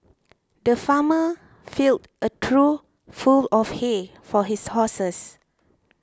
the farmer filled a trough full of hay for his horses